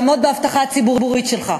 לעמוד בהבטחה הציבורית שלך,